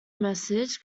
message